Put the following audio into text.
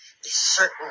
certain